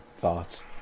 thoughts